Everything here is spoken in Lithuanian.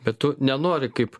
bet tu nenori kaip